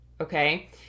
Okay